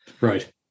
right